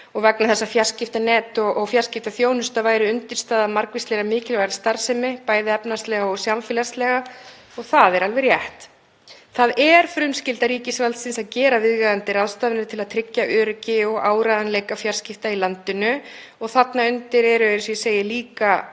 og vegna þess að fjarskiptanet og fjarskiptaþjónusta væri undirstaða margvíslegrar mikilvægrar starfsemi, bæði efnahagslegrar og samfélagslegrar, og það er alveg rétt. Það er frumskylda ríkisvaldsins að gera viðeigandi ráðstafanir til að tryggja öryggi og áreiðanleika fjarskipta í landinu og þar undir eru, eins og ég segi líka,